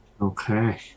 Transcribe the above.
Okay